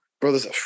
brothers